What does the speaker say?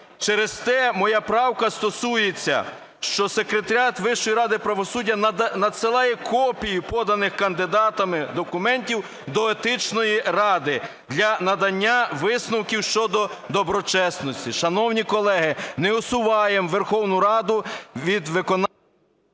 Через те моя правка стосується, що Секретаріат Вищої ради правосуддя надсилає копії поданих кандидатами документів до Етичної ради для надання висновків щодо доброчесності. Шановні колеги, не усуваємо Верховну Раду від виконання…